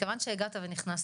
מכיוון שהגעת ונכנסת,